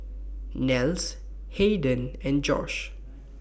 Nels Hayden and Josh